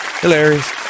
Hilarious